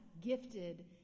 gifted